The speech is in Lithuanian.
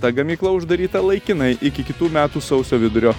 ta gamykla uždaryta laikinai iki kitų metų sausio vidurio